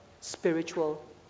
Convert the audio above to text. spiritual